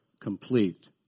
complete